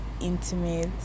intimate